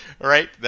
right